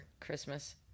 Christmas